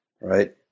right